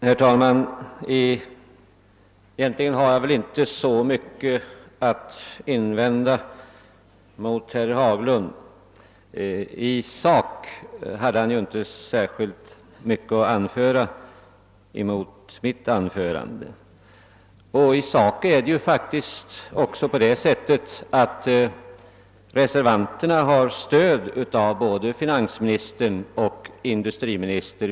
Herr talman! Egentligen har jag inte så mycket att invända mot vad herr Haglund sade. I sak hade han inte särskilt mycket att anföra mot vad jag sade i mitt anförande, och det förhåller sig också faktiskt så att reservanterna har stöd av både finansministern och industriministern.